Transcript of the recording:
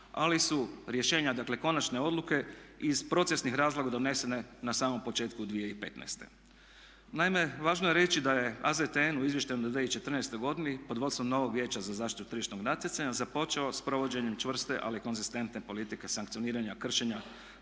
ali su rješenja, dakle konačne odluke iz procesnih razloga donesene na samom početku 2015. Naime, važno je reći da je AZTN u Izvještaju za 2014. godine pod vodstvom novog Vijeća za zaštitu tržišnog natjecanja započeo s provođenjem čvrste ali konzistentne politike sankcioniranja kršenja